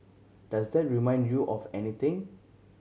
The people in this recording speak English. does that remind you of anything